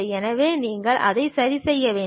எனவே நீங்கள் அதை சரிசெய்ய வேண்டும்